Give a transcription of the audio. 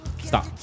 Stop